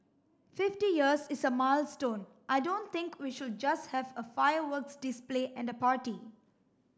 fifty years is a milestone I don't think we should just have a fireworks display and a party